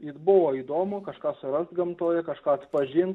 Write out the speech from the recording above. ir buvo įdomu kažką surast gamtoje kažką atpažint